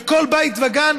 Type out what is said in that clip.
יש בתחנה,